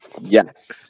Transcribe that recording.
Yes